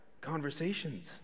conversations